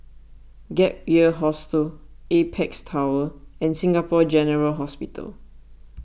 Gap Year Hostel Apex Tower and Singapore General Hospital